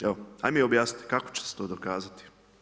Evo, ajde mi objasnite kako će se to dokazati?